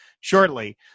shortly